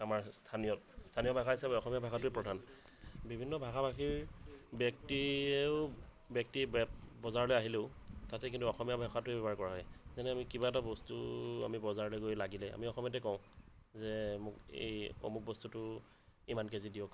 আমাৰ স্থানীয় স্থানীয় ভাষা হিচাপে অসমীয়া ভাষাটোৱেই প্ৰধান বিভিন্ন ভাষা ভাষীৰ ব্যক্তিয়েও ব্যক্তি বজাৰলৈ আহিলেও তাতে কিন্তু অসমীয়া ভাষাটোৱে ব্যৱহাৰ কৰা হয় যেনে আমি কিবা এটা বস্তু আমি বজাৰলৈ গৈ লাগিলে আমি অসমীয়াতে কওঁ যে মোক এই অমুক বস্তুটো ইমান কেজি দিয়ক